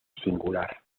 singular